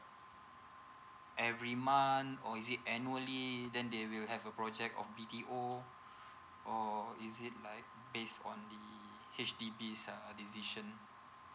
every month or is it annually then they will have a project of B_T_O or is it like based on the H_D_B uh decision